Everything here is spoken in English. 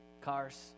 cars